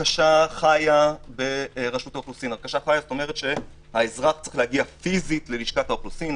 הרכשה חיה ברשות האוכלוסין - שהאזרח צריך להגיע פיזית ללשכת האוכלוסין,